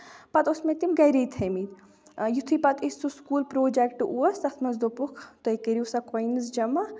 پَتہٕ اوس مےٚ تِم گرِی تھٲے مٕتۍ یِتُھے پَتہٕ اس سُہ سکوٗل پروجیکٹ اوس تَتھ منٛز دوٚپُکھ تُہۍ کٔرِو سا کوینٕز جمع